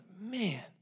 man